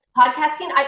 podcasting